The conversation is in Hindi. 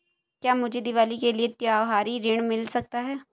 क्या मुझे दीवाली के लिए त्यौहारी ऋण मिल सकता है?